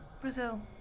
Brazil